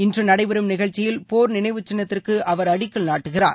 இன்று நடைபெறும் நிகழ்ச்சியில் போர் நினைவுச் சின்னத்திற்கு அவர் அடிக்கல் நாட்டுகிறார்